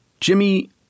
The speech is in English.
Jimmy